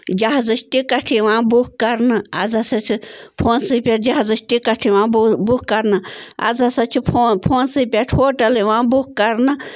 جہازٕج ticket یِوان book کرنہٕ آز ہسا چھِ فونسٕے پٮ۪ٹھ جہازٕج ٹِکَٹ یِوان بُک کرنہٕ آز ہسا چھِ فون فونسٕے پٮ۪ٹھ ہوٹَل یِوان بُک کرنہٕ